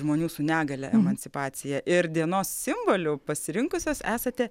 žmonių su negalia emancipacija ir dienos simboliu pasirinkusios esate